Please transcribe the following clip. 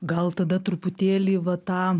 gal tada truputėlį va tą